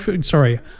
Sorry